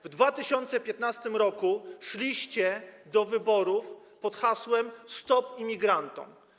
w 2015 r. szliście do wyborów pod hasłem „Stop imigrantom”